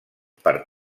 per